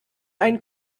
einen